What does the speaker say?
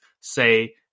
say